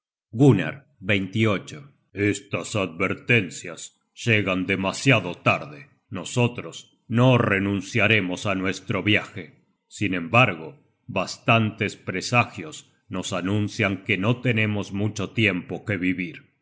tí gunnar estas advertencias llegan demasiado tarde nosotros no renunciaremos á nuestro viaje sin embargo bastantes presagios nos anuncian que no tenemos mucho tiempo que vivir